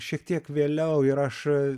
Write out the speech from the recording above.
šiek tiek vėliau ir aš